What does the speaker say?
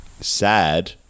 Sad